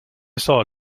saw